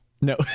no